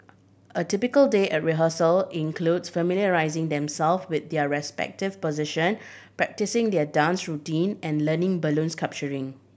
a typical day at rehearsal includes familiarising themselves with their respective position practising their dance routine and learning balloon